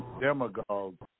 demagogues